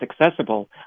accessible